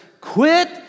quit